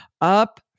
up